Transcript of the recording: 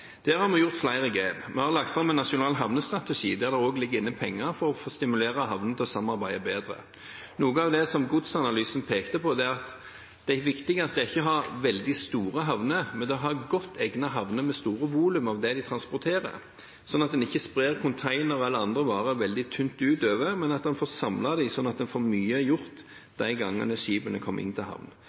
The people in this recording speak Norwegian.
Der har vi gjort flere grep. Vi har lagt fram en nasjonal havnestrategi der det også ligger inne penger for å stimulere havnene til å samarbeide bedre. Noe av det godsanalysen pekte på, er at det viktigste ikke er å ha veldig store havner, men å ha godt egnede havner med store volum av det de transporterer, sånn at en ikke sprer containere eller andre varer veldig tynt utover, men får samlet dem sånn at en får gjort mye de gangene skipene kommer inn til